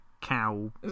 cow